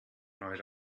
night